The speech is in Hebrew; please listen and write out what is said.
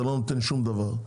זה לא נותן שום דבר.